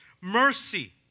mercy